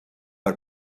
per